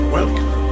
Welcome